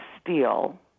steal